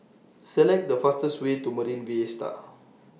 Select The fastest Way to Marine Vista